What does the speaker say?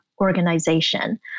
organization